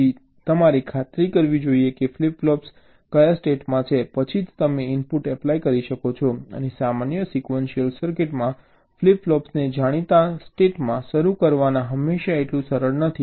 તેથી તમારે ખાતરી કરવી જોઈએ કે ફ્લિપ ફ્લોપ્સ કયા સ્ટેટમાં છે પછી જ તમે ઇનપુટ એપ્લાય કરી શકો છો અને સામાન્ય સિક્વન્શિયલ સર્કિટમાં ફ્લિપ ફ્લોપ્સને જાણીતા સ્ટેટમાં શરૂ કરવાનું હંમેશા એટલું સરળ નથી